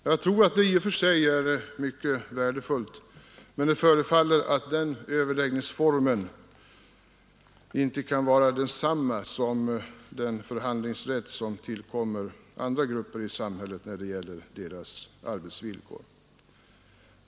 Jag tror att det i och för sig är mycket värdefullt, men det förefaller som om den överläggningsformen inte kan vara densamma som den förhandlingsrätt som tillkommer andra grupper i samhället när det gäller deras arbetsvillkor.